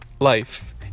life